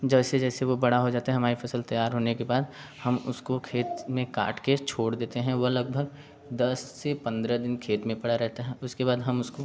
जा जैसे वो बड़ा हो जाता है हमारे फसल तैयार होने के बाद हम उसको खेत में काट कर छोड़ देते हैं वो लगभग दस से पंद्रह दिन खेत में पड़ा रहता है उसके बाद हम उसको